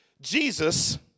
Jesus